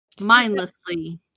mindlessly